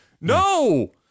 No